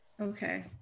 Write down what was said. Okay